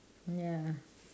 ya